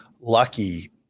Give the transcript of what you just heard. lucky